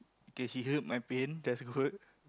okay she healed my pain that's good